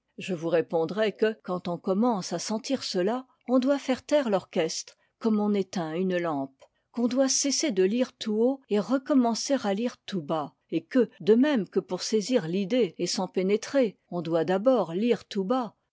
je vous répondrai que quand on commence à sentir cela on doit faire taire l'orchestre comme on éteint une lampe qu'on doit cesser de lire tout haut et recommencer à lire tout bas et que de même que pour saisir l'idée et s'en pénétrer on doit d'abord lire tout bas